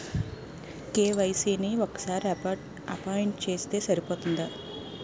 KYC ని ఒక్కసారి update చేస్తే సరిపోతుందా?